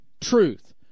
Truth